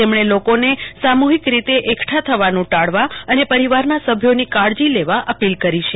તેમણે લોકોને સામૂહિક રીતે એકઠા થવાનું ટાળવા અને પરિવારના સભ્યોની કાળજી લેવા અપીલ કરી છે